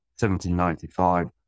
1795